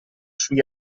sui